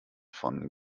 von